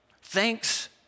Thanks